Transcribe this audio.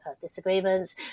disagreements